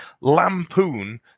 lampoon